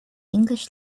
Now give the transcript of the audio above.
english